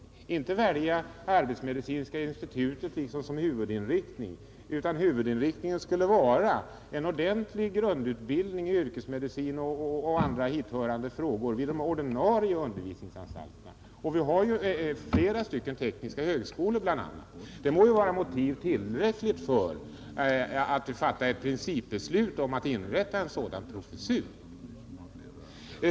Vi vill inte välja arbetsmedicinska institutet som huvudinriktning, utan det skall vara en ordentlig grundutbildning i yrkesmedicin och andra hithörande frågor vid de ordinarie undervisningsanstalterna. Vi har ju t.ex. flera tekniska högskolor. Det må vara motiv nog för att fatta ett principbeslut om att inrätta en sådan professur.